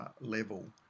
level